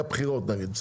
היו בחירות נגיד,